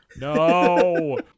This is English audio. no